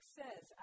says